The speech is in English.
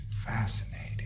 fascinating